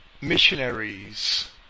Missionaries